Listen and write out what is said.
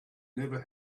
never